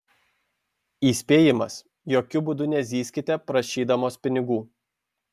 įspėjimas jokiu būdų nezyzkite prašydamos pinigų